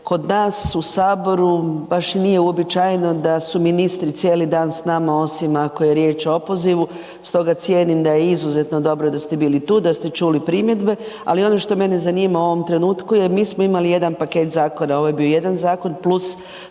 kod nas u Saboru baš i nije uobičajeno da su ministri cijeli dan s nama osim ako je riječ o opozivu stoga cijenim da je izuzetno dobro da ste bili tu, da ste čuli primjedbe, ali ono što mene zanima u ovom trenutku je, mi smo imali jedan paket zakona, ovo je bio jedan zakon